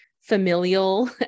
familial